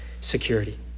security